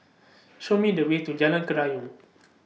Show Me The Way to Jalan Kerayong